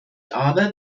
aber